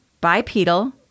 bipedal